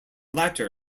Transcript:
latter